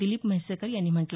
दिलीप म्हैसेकर यांनी म्हटलं